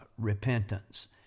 Repentance